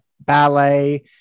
ballet